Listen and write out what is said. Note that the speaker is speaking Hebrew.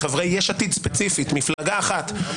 אני --- מהקואליציה.